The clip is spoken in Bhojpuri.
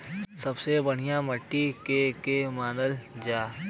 सबसे बढ़िया माटी के के मानल जा?